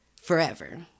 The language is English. forever